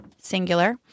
Singular